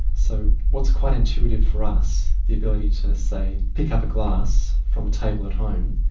so what's quite intuitive for us, the ability to, say, pick up a glass from a table at home,